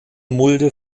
mulde